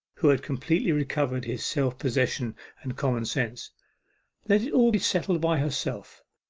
who had completely recovered his self-possession and common-sense let it all be settled by herself